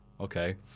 okay